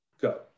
go